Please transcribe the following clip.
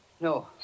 No